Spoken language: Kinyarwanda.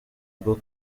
bwo